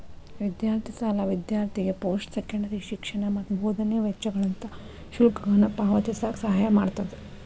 ವಿದ್ಯಾರ್ಥಿ ಸಾಲ ವಿದ್ಯಾರ್ಥಿಗೆ ಪೋಸ್ಟ್ ಸೆಕೆಂಡರಿ ಶಿಕ್ಷಣ ಮತ್ತ ಬೋಧನೆ ವೆಚ್ಚಗಳಂತ ಶುಲ್ಕಗಳನ್ನ ಪಾವತಿಸಕ ಸಹಾಯ ಮಾಡ್ತದ